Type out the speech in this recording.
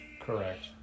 correct